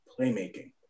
playmaking